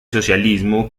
socialismo